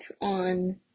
on